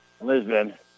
Lisbon